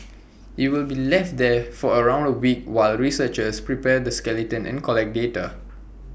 IT will be left there for around A week while researchers prepare the skeleton and collect data